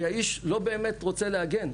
כי האיש לא באמת רוצה לעגן,